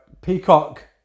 Peacock